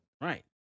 Right